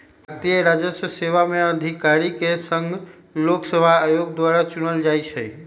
भारतीय राजस्व सेवा में अधिकारि के संघ लोक सेवा आयोग द्वारा चुनल जाइ छइ